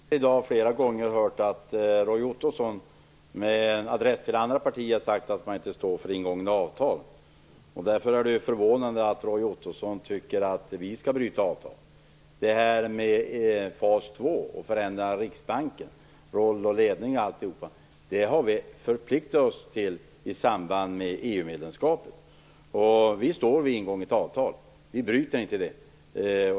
Herr talman! Vi har tidigare i dag flera gånger hört att Roy Ottosson, med adress till andra partier, har sagt att man inte står för ingångna avtal. Därför är det förvånande att Roy Ottosson tycker att vi skall bryta avtal. När det gäller fas två och förändringar av Riksbankens roll och ledning har vi förpliktat oss till det i samband med EU-medlemskapet. Vi står vid ingånget avtal. Vi bryter inte det.